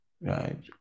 right